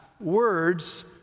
words